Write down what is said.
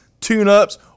tune-ups